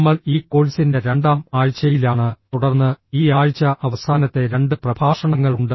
നമ്മൾ ഈ കോഴ്സിന്റെ രണ്ടാം ആഴ്ചയിലാണ് തുടർന്ന് ഈ ആഴ്ച അവസാനത്തെ രണ്ട് പ്രഭാഷണങ്ങളുണ്ട്